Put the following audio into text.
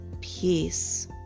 peace